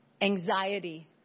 anxiety